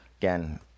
again